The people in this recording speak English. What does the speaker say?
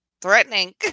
Threatening